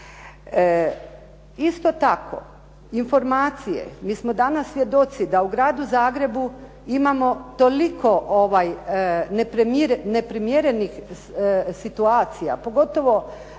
Isto tako informacije. Mi smo danas svjedoci da u gradu Zagrebu imamo toliko neprimjerenih situacija, pogotovo